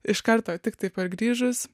iš karto tiktai pargrįžus